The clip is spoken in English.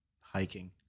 Hiking